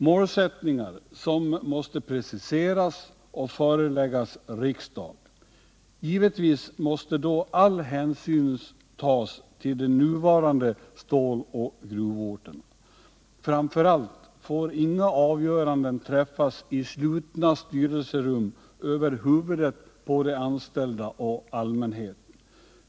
Dessa måste preciseras och föreläggas riksdagen. Givetvis måste då all hänsyn tas till de nuvarande ståloch gruvorterna. Framför allt får inga avgöranden träffas i slutna styrelserum över huvudet på de anställda och allmänheten.